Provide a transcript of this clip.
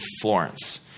Florence